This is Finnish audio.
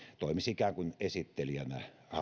toimisi ikään kuin esittelijänä